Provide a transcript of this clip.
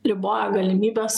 riboja galimybės